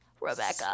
Rebecca